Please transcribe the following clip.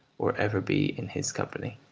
or ever be in his company.